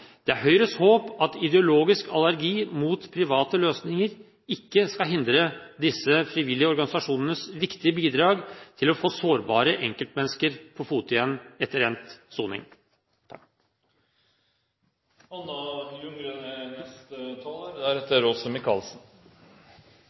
Det er Høyres håp at ideologisk allergi mot private løsninger ikke skal hindre disse frivillige organisasjonenes viktige bidrag til å få sårbare enkeltmennesker på fote igjen etter endt soning.